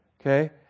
Okay